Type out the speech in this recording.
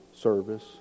service